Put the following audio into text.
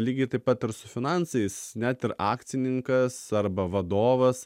lygiai taip pat ir su finansais net ir akcininkas arba vadovas